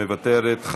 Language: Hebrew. מוותרת,